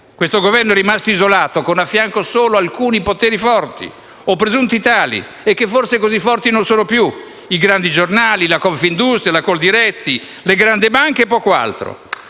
Questo Governo è rimasto isolato, con a fianco solo alcuni poteri forti, o presunti tali, che forse così forti non sono più: i grandi giornali, la Confindustria, la Coldiretti, le grandi banche e poco altro.